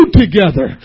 together